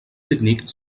techniques